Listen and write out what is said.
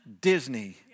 Disney